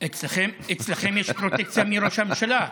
אצלכם יש פרוטקציה מראש הממשלה.